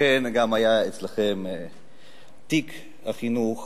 לכן, תיק החינוך